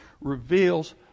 reveals